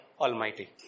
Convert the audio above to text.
Almighty